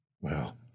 Well